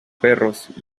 perros